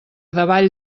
davall